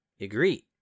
agree